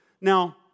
Now